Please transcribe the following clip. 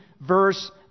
verse